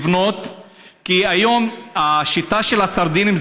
כי היום השיטה של הסרדינים,